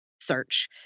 search